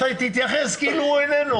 תתייחס כאילו הוא איננו